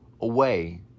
away